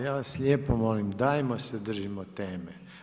Ja vas lijepo molim dajmo se držimo teme.